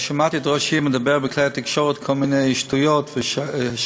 שמעתי את ראש העיר מדבר בכלי התקשורת כל מיני שטויות ושקרים,